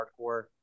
hardcore